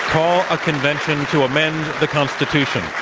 call a convention to amend the constitution.